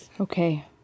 Okay